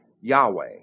Yahweh